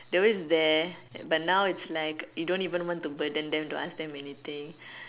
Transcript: they're always there but now is like you don't even want to burden them to ask them anything